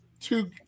Two